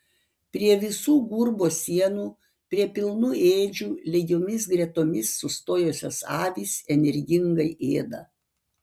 prie visų gurbo sienų prie pilnų ėdžių lygiomis gretomis sustojusios avys energingai ėda